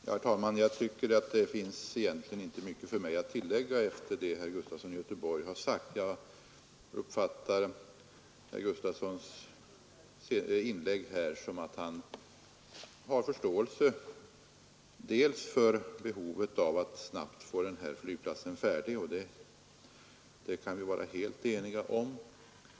Herr talman! Jag tycker att det egentligen inte finns mycket för mig att tillägga efter det herr Gustafson i Göteborg sagt. Jag uppfattar av herr Gustafsons inlägg att han har förståelse för behovet av att snabbt få flygplatsen färdig — och det kan vi vara helt eniga om.